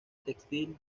textil